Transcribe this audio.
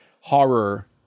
horror